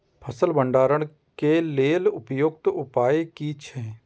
फसल भंडारण के लेल उपयुक्त उपाय कि छै?